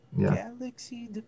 Galaxy